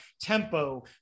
tempo